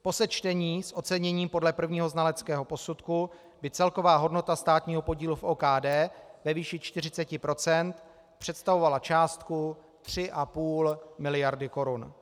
Po sečtení s oceněním podle prvního znaleckého posudku by celková hodnota státního podílu v OKD ve výši 40 % představovala částku 3,5 mld. korun.